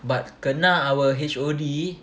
but kena our H_O_D